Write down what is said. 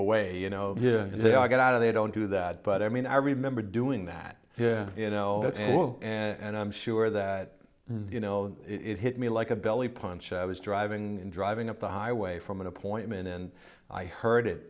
away you know and say i get out of they don't do that but i mean i remember doing that here you know and i'm sure that you know it hit me like a belly punch i was driving and driving up the highway from an appointment and i heard it